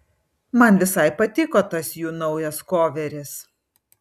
man visai patiko tas jų naujas koveris